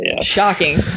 Shocking